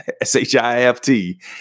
S-H-I-F-T